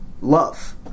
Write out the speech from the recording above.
love